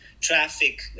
traffic